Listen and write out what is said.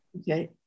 Okay